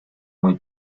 muy